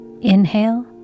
Inhale